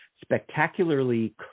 spectacularly